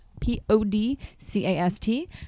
P-O-D-C-A-S-T